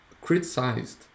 criticized